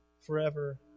forever